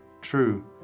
True